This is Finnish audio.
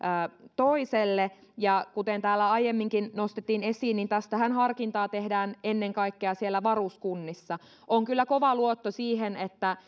toiselle ja kuten täällä aiemminkin nostettiin esiin tästähän harkintaa tehdään ennen kaikkea siellä varuskunnissa on kyllä kova luotto siihen että